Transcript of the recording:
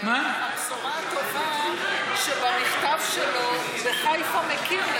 הבשורה הטובה היא שבמכתב שלו, בחיפה הוא מכיר,